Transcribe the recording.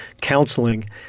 counseling